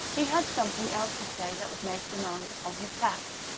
he had something else to say that would make demands upon his tact.